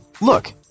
Look